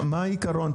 מה העיקרון?